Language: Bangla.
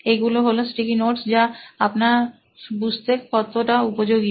এইগুলি হলো স্টিকি নোটস যা আপনার বুঝবেন কতটা উপযোগী